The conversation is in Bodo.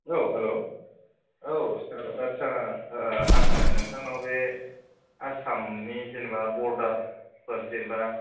औ हेल' औ सार आदसा आङो नोंथांनाव बे आसामनि जेनेबा बरडारफोर जेनेबा